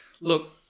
Look